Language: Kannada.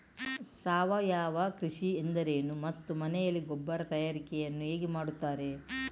ಸಾವಯವ ಕೃಷಿ ಎಂದರೇನು ಮತ್ತು ಮನೆಯಲ್ಲಿ ಗೊಬ್ಬರ ತಯಾರಿಕೆ ಯನ್ನು ಹೇಗೆ ಮಾಡುತ್ತಾರೆ?